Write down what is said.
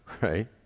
right